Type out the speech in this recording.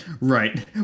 Right